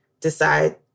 decide